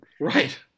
Right